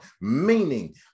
meaning